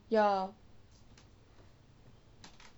ya